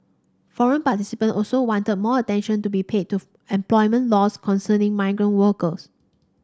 forum participant also wanted more attention to be paid to employment laws concerning migrant workers